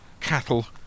cattle